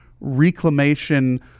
reclamation